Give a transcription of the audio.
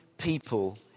people